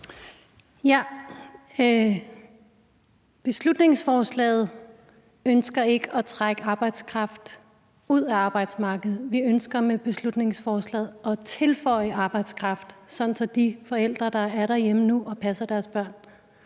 Med beslutningsforslaget ønsker vi ikke at trække arbejdskraft ud af arbejdsmarkedet. Vi ønsker med beslutningsforslaget at tilføje arbejdskraft, sådan at de forældre, der er derhjemme nu og passer deres børn,